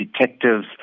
detectives